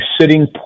sitting